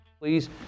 Please